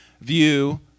view